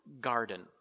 garden